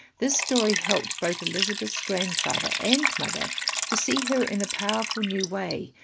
this story helped both elizabeth's grandfather and mother to see her in a powerful new way.